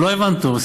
לא הבנת טוב.